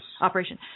operation